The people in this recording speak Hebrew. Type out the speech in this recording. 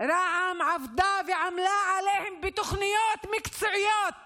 שרע"מ עבדה ועמלה עליהם בתוכניות מקצועיות